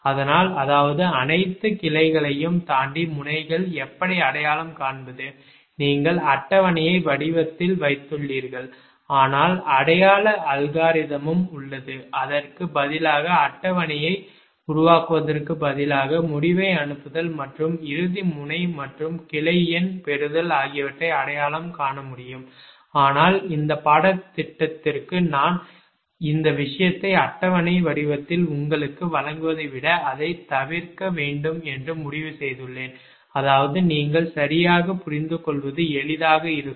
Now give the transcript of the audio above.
அதனால் அதாவது அனைத்து கிளைகளையும் தாண்டி முனைகள் எப்படி அடையாளம் காண்பது நீங்கள் அட்டவணை வடிவத்தில் வைத்துள்ளீர்கள் ஆனால் அடையாள அல்காரிதமும் உள்ளது அதற்கு பதிலாக அட்டவணையை உருவாக்குவதற்கு பதிலாக முடிவை அனுப்புதல் மற்றும் இறுதி முனை மற்றும் கிளை எண் பெறுதல் ஆகியவற்றை அடையாளம் காண முடியும் ஆனால் இந்த பாடத்திட்டத்திற்கு நான் இந்த விஷயத்தை அட்டவணை வடிவத்தில் உங்களுக்கு வழங்குவதை விட அதை தவிர்க்க வேண்டும் என்று முடிவு செய்துள்ளேன் அதாவது நீங்கள் சரியாக புரிந்து கொள்வது எளிதாக இருக்கும்